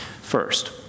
First